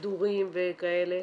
כדורים וכאלה.